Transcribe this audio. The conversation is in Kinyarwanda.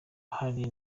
hari